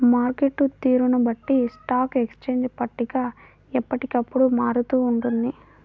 market తీరును బట్టి stock exchange పట్టిక ఎప్పటికప్పుడు మారుతూ ఉంటుంది